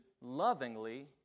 lovingly